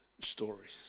stories